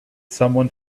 someone